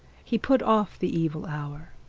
he put off the evil hour,